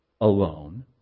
alone